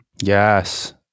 Yes